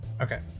Okay